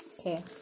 Okay